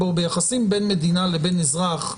ביחסים בין מדינה לבין אזרח,